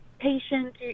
patient